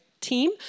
team